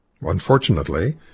Unfortunately